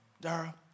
Dara